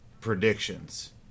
predictions